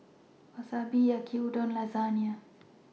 Wasabi Yaki Udon and Lasagna